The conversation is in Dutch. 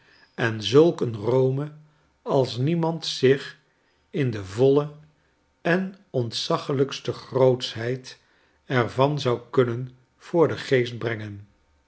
en zulk een rome als niemand zich in de voile en ontzaglijkste grootschheid er van zou kunnen voor den geest brengen